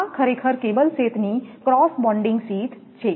આ ખરેખર કેબલ શેથની ક્રોસ બોન્ડિંગ શીથ છે